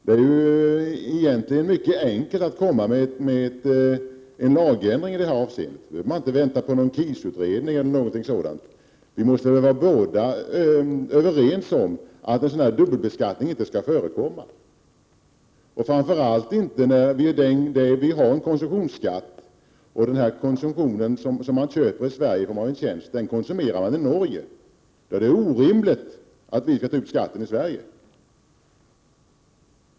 Det är egentligen mycket enkelt att lägga fram förslag om en lagändring i det här avseendet — på den punkten behöver man inte vänta på KIS utredningen eller någonting sådant. Vi måste vara överens om att någon dubbelbeskattning inte skall förekomma på det här området. Vi har alltså en konsumtionsskatt, och här gäller det en tjänst som man köper i Sverige men konsumerar i Norge. Det är då orimligt att skatten skall tas ut i Sverige.